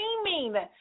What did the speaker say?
streaming